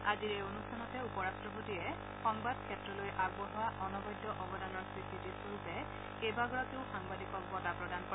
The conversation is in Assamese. আজিৰ এই অনুষ্ঠানতে উপ ৰাট্টপতিয়ে সংবাদ ক্ষেত্ৰলৈ আগবঢ়োৱ অনবদ্য অৱদানৰ স্বীকৃতি স্বৰূপে কেইবাগৰাকীও সাংবাদিকক বঁটা প্ৰদান কৰে